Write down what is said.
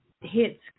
hits